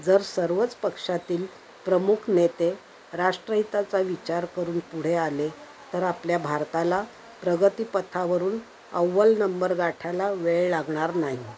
जर सर्वच पक्षातील प्रमुख नेते राष्ट्रहिताचा विचार करून पुढे आले तर आपल्या भारताला प्रगतीपथावरून अव्वल नंबर गाठायला वेळ लागणार नाही